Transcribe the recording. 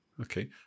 Okay